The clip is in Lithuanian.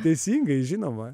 teisingai žinoma